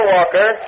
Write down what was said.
Walker